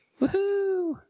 Woohoo